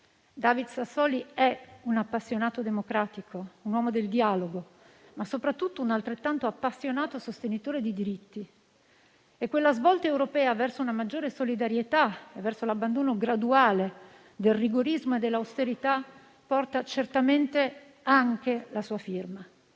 David Sassoli è un appassionato democratico, un uomo del dialogo, ma soprattutto un altrettanto appassionato sostenitore di diritti, e quella svolta europea verso una maggiore solidarietà e verso l'abbandono graduale del rigorismo e dell'austerità porta certamente anche la sua firma.